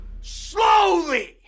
slowly